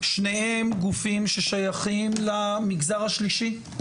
שניהם גופים ששייכים למגזר השלישי,